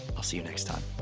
i'll see you next time.